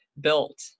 built